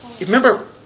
remember